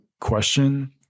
question